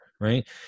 right